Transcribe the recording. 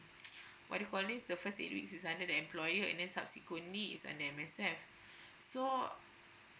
what do you call this the first eight weeks is under the employer and then subsequently is under M_S_F so